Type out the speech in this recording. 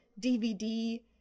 DVD